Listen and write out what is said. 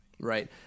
Right